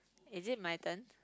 is it my turn